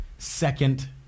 Second